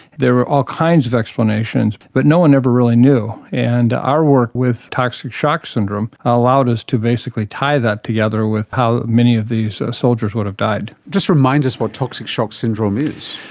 there were all kinds of explanations but no one ever really knew. and our work with toxic shock syndrome allowed us to basically tie that together with how many of these soldiers would have died. just remind us what toxic shock syndrome is.